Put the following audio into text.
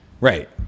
Right